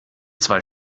zwei